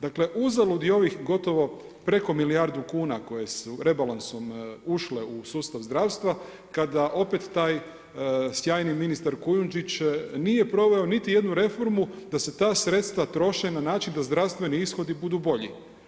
Dakle, uzalud i ovih gotovo preko milijardu kuna koje su rebalansom ušle u sustav zdravstva kada opet taj sjajni ministar Kujundžić nije proveo niti jednu reformu da se ta sredstva troše na način da zdravstveni ishodi budu bolji.